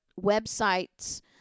website's